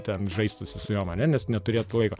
ten žaistusi su jom ane nes neturėtų laiko